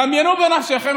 דמיינו בנפשכם,